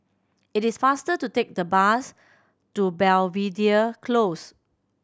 it is faster to take the bus to Belvedere Close